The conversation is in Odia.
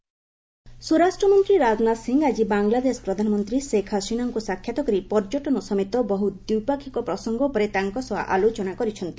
ରାଜନାଥ ସ୍ୱରାଷ୍ଟ୍ରମନ୍ତ୍ରୀ ରାଜନାଥ ସିଂ ଆଜି ବାଂଲାଦେଶ ପ୍ରଧାନମନ୍ତ୍ରୀ ସେଖ୍ ହସିନାଙ୍କ ସାକ୍ଷାତ୍ କରି ପର୍ଯ୍ୟଟନ ସମେତ ବହ୍ର ଦ୍ୱିପକ୍ଷୀୟ ପ୍ରସଙ୍ଗ ଉପରେ ତାଙ୍କ ସହ ଆଲୋଚନା କରିଛନ୍ତି